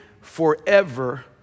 forever